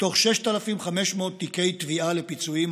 מתוך 6,500 תיקי תביעה לפיצויים,